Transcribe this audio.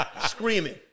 screaming